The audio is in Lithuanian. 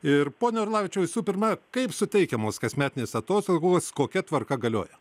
ir pone arlavičiau visų pirma kaip suteikiamos kasmetinės atostogos kokia tvarka galioja